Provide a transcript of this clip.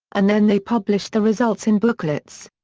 and then they published the results in booklets.